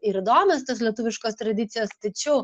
ir įdomios tos lietuviškos tradicijos tačiau